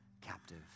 captive